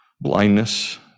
blindness